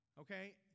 Okay